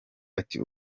ati